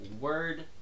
word